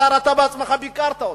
השר, אתה עצמך ביקרת אותם.